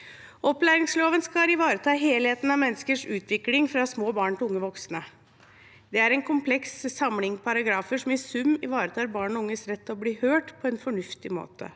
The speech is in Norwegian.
Opplæringsloven skal ivareta helheten av menneskers utvikling fra små barn til unge voksne. Det er en kompleks samling paragrafer som i sum ivaretar barn og unges rett til å bli hørt på en fornuftig måte.